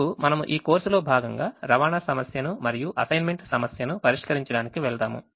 ఇప్పుడు మనము ఈ కోర్సులో భాగంగా రవాణా సమస్యను మరియు అసైన్మెంట్ సమస్యను పరిష్కరించడానికి వెళ్దాము